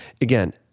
again